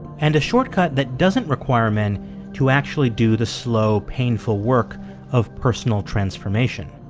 and a shortcut that doesn't require men to actually do the slow painful work of personal transformation.